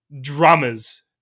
Drummers